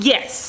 Yes